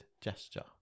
gesture